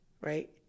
right